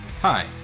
Hi